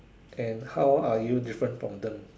and how are you different from them